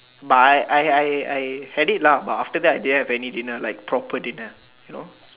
but I I I had it lah but after that didn't have any dinner like proper dinner you know